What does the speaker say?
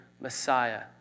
Messiah